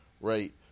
right